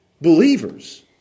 believers